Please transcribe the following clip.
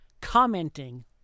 commenting